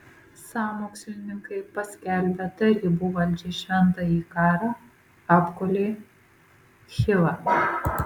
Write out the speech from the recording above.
sąmokslininkai paskelbę tarybų valdžiai šventąjį karą apgulė chivą